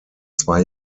zwei